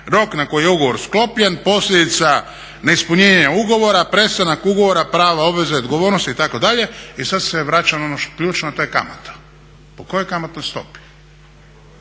rok na koji je ugovor sklopljen, posljedica neispunjena ugovora, prestanak ugovora, prava, obveze i odgovornosti itd. i sada se vraćam na ono ključno to je kamata. Po kojoj kamatnoj stopi?